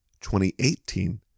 2018